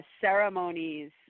ceremonies